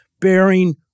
bearing